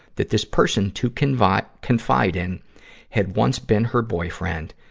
that this person to confide confide in had once been her boyfriend,